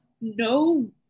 No